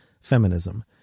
feminism